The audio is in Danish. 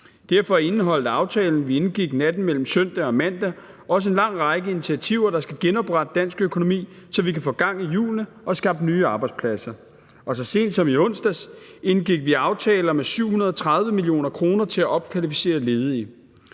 Derfor indeholdt aftalen, vi indgik natten mellem søndag og mandag, også en lang række initiativer, der skal genoprette dansk økonomi, så vi kan få gang i hjulene og skabt nye arbejdspladser, og så sent som i onsdags indgik vi aftale om 730 mio. kr. til at opkvalificere ledige.